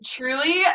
Truly